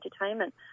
entertainment